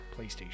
PlayStation